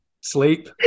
Sleep